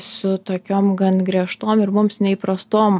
su tokiom gan griežtom ir mums neįprastom